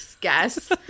guess